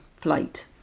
flight